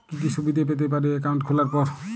কি কি সুবিধে পেতে পারি একাউন্ট খোলার পর?